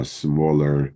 smaller